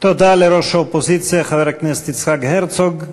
תודה לראש האופוזיציה, חבר הכנסת יצחק הרצוג.